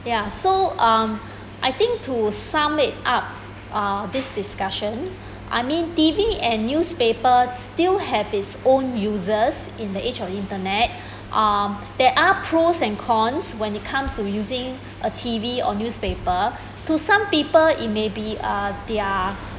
ya so um I think to sum it up uh this discussion I mean T_V and newspaper still have it's own uses in the age of internet um there are pros and cons when it comes to using a T_V or newspaper to some people it may be uh there're